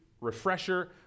refresher